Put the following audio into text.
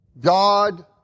God